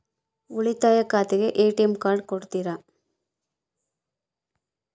ಉಳಿತಾಯ ಖಾತೆಗೆ ATM card ಕೊಡ್ತೇರಿ?